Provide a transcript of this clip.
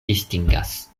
distingas